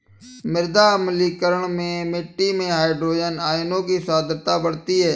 मृदा अम्लीकरण में मिट्टी में हाइड्रोजन आयनों की सांद्रता बढ़ती है